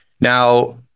Now